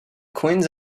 queens